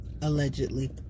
Allegedly